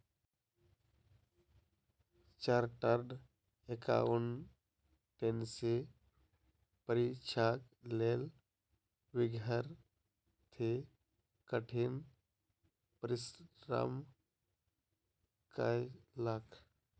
chartered accountancy परीक्षाक लेल विद्यार्थी कठिन परिश्रम कएलक